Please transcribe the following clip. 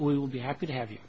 we will be happy to have you